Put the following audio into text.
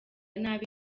nabi